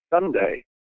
Sunday